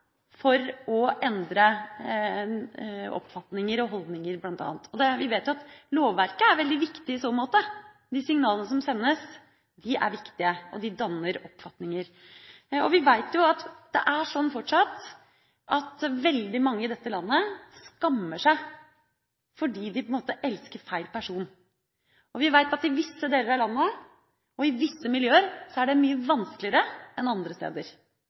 for å endre oppfatninger og holdninger bl.a. Vi vet at lovverket er veldig viktig i så måte. De signalene som sendes, er viktige, og de danner oppfatninger. Vi vet at det fortsatt er veldig mange i dette landet som skammer seg, fordi de – på en måte – elsker feil person. Vi vet at i visse deler av landet og i visse miljøer, er det mye vanskeligere enn andre steder.